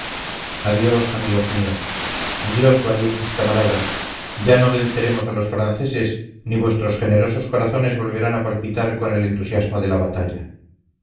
adiós amigos míos adiós valientes camaradas ya no venceremos a los franceses ni vuestros generosos corazones volverán a palpitar con el entusiasmo de la batalla